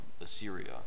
Assyria